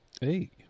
Hey